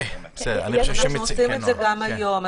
אנחנו עושים את זה גם היום.